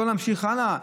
ולא להמשיך הלאה.